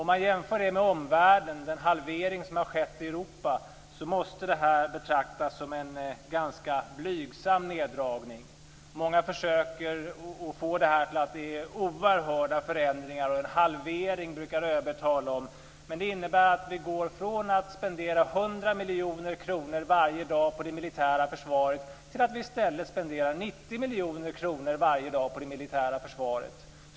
Om man jämför det med omvärlden - det har skett en halvering i Europa - måste det betraktas som en ganska blygsam neddragning. Många försöker få det här till att handla om oerhörda förändringar, och ÖB brukar tala om en halvering. Men det innebär att vi går från att spendera 100 miljoner kronor varje dag på det militära försvaret till att vi i stället spenderar 90 miljoner kronor varje dag på det militära försvaret.